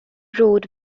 rowed